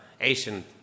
Asian